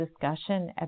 discussion